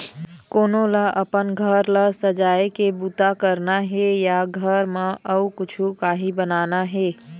कोनो ल अपन घर ल सजाए के बूता करना हे या घर म अउ कछु काही बनाना हे